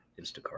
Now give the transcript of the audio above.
Instacart